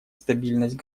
стабильность